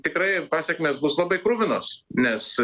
tikrai pasekmės bus labai kruvinos nes